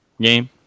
game